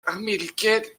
américaine